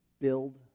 build